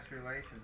relations